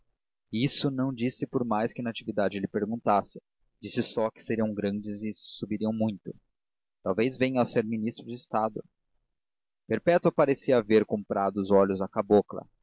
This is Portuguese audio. isso não disse por mais que natividade lhe perguntasse disse só que seriam grandes e subiriam muito talvez venham a ser ministros de estado perpétua parecia haver comprado os olhos à cabocla